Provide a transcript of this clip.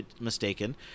mistaken